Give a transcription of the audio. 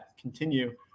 continue